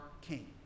King